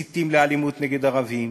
מסיתים לאלימות נגד ערבים,